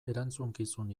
erantzukizun